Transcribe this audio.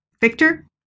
Victor